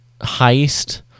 heist